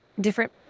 different